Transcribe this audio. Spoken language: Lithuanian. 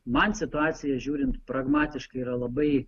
man situacija žiūrint pragmatiškai yra labai